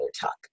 Talk